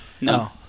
No